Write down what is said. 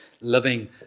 living